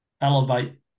elevate